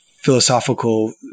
philosophical